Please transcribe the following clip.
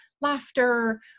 laughter